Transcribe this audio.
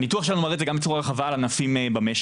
הניתוח שלנו מראה את זה גם בצורה רחבה על ענפים במשק.